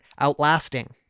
outlasting